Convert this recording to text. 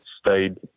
stayed